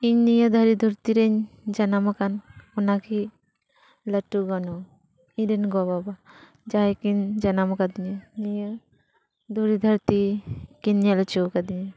ᱤᱧ ᱱᱤᱭᱟᱹ ᱫᱷᱩᱲᱤ ᱫᱷᱟᱹᱨᱛᱤᱨᱤᱧ ᱡᱟᱱᱟᱢ ᱟᱠᱟᱱ ᱚᱱᱟ ᱜᱮ ᱞᱟᱹᱴᱩ ᱜᱚᱱᱚᱝ ᱤᱧᱨᱮᱱ ᱜᱚ ᱵᱟᱵᱟ ᱡᱟᱦᱟᱸᱭ ᱠᱤᱱ ᱡᱟᱱᱟᱢ ᱟᱠᱟᱫᱤᱧᱟᱹ ᱱᱤᱭᱟᱹ ᱫᱷᱩᱲᱤ ᱫᱷᱟᱹᱨᱛᱤ ᱠᱤᱱ ᱧᱮᱞ ᱚᱪᱚ ᱟᱠᱟᱫᱤᱧᱟᱹ